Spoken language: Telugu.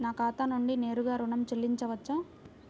నా ఖాతా నుండి నేరుగా ఋణం చెల్లించవచ్చా?